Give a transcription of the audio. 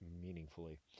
meaningfully